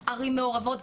ערים מעורבות.